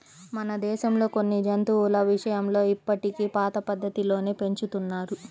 మన దేశంలో కొన్ని జంతువుల విషయంలో ఇప్పటికీ పాత పద్ధతుల్లోనే పెంచుతున్నారు